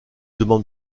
demande